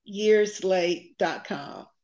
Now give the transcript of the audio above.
yearslate.com